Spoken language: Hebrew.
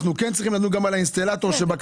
אנחנו כן צריכים לדון גם על האינסטלטור שבקצה,